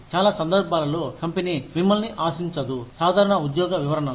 చాలా సందర్భాలలో కంపెనీ మిమ్మల్ని ఆశించదు సాధారణ ఉద్యోగ వివరణలో